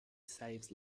saves